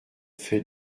fait